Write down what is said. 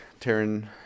Taryn